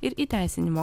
ir įteisinimo